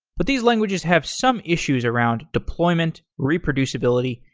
but these languages have some issues around deployment, reproducibility,